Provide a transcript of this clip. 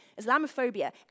Islamophobia